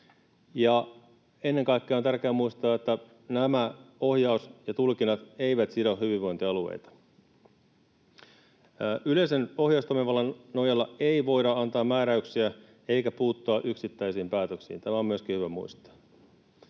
Ennen kaikkea on tärkeää muistaa, että ohjaus ja tulkinnat eivät sido hyvinvointialueita. Yleisen ohjaustoimivallan nojalla ei voida antaa määräyksiä eikä puuttua yksittäisiin päätöksiin. Tämä on myöskin hyvä muistaa.